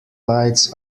lights